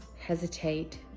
hesitate